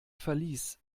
verlies